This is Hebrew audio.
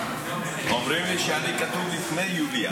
אומרים לי שאני כתוב לפני יוליה.